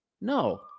No